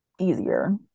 easier